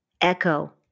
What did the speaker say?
echo